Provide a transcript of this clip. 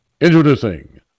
Introducing